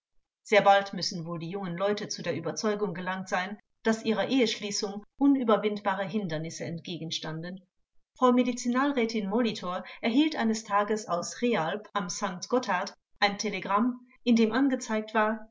sehr bald müssen wohl die jungen leute zu der überzeugung gelangt sein daß ihrer eheschließung unüberwindbare hindernisse entgegenstanden frau medizinalrätin molitor erhielt eines tages aus realp am st gotthard ein telegramm in dem angezeigt war